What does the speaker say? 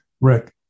rick